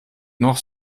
noch